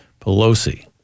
Pelosi